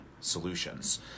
solutions